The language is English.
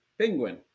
penguin